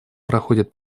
проходит